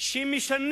שמשנים